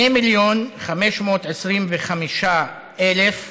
2.525 מיליון אנשים,